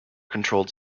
controlled